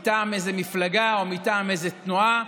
מטעם איזה מפלגה או מטעם איזה תנועה.